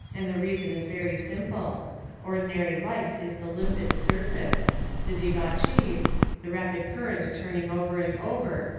and the reason is very simple ordinary life is the limpid surface the debauchees, the rapid current turning over and over,